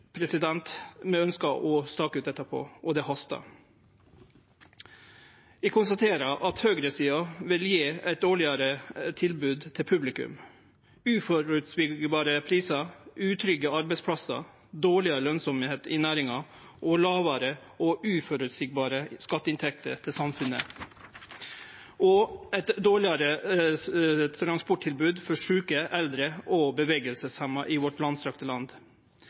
å stake ut, og det hastar. Eg konstaterer at høgresida vil gje eit dårlegare tilbod til publikum: uføreseielege prisar, utrygge arbeidsplassar, dårlegare lønsemd i næringa, lågare og uføreseielege skatteinntekter til samfunnet og eit dårlegare transporttilbod for sjuke, eldre og bevegelseshemma i vårt langstrekte land.